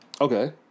Okay